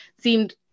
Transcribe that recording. seemed